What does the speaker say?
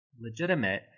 legitimate